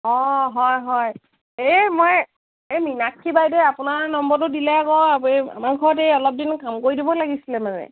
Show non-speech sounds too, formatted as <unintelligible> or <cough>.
অঁ হয় হয় এই মই এই মিনাক্ষী বাইদেউ আপোনাৰ নম্বৰটো দিলে আকৌ <unintelligible> আমাৰ ঘৰত এই অলপ দিন কাম কৰি দিব লাগিছিলে মানে